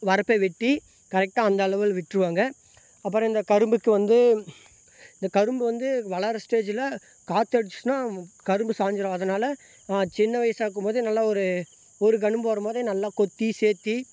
வரப்பை வெட்டி கரெட்டாக அந்த அளவில் விட்டுருவாங்க அப்புறம் இந்த கரும்புக்கு வந்து இந்த கரும்பு வந்து வளர்கிற ஸ்டேஜ்ஜில் காற்று அடிச்சுச்சினா கரும்பு சாஞ்சுரும் அதனால் சின்ன வயதா இருக்கும் போது நல்ல ஒரு ஒரு கரும்பு வரும் போதே நல்லா கொத்தி சேர்த்தி